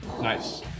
Nice